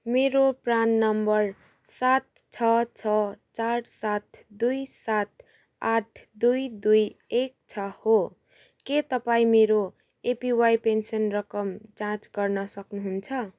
मेरो PRAN number सात छ छ चार सात दुई सात आठ दुई दुई एक छ हो के तपाईँँ मेरो एपिवाई पेन्सन रकम जाँच गर्न सक्नुहुन्छ